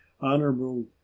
Honorable